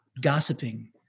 gossiping